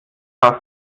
fast